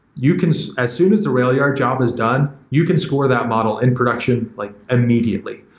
you can as soon as the railyard job is done, you can score that model in production like immediately.